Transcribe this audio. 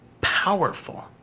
powerful